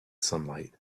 sunlight